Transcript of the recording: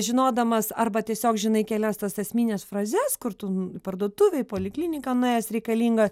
žinodamas arba tiesiog žinai kelias tas esmines frazes kur tu n parduotuvėj polikliniką nuėjęs reikalinga